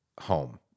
home